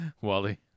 Wally